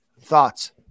thoughts